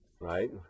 right